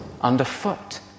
underfoot